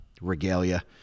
regalia